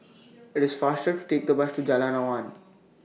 IT IS faster to Take The Bus to Jalan Awan